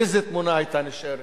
איזו תמונה היתה נשארת,